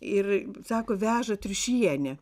ir sako veža triušienė